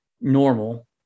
normal